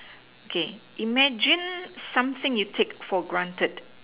okay imagine something you take for granted